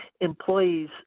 employees